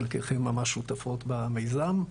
חלקכן ממש שותפות במיזם.